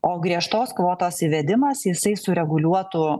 o griežtos kvotos įvedimas jisai sureguliuotų